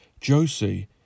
Josie